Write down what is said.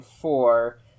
four